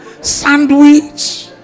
Sandwich